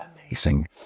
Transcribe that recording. Amazing